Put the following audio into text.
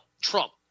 Trump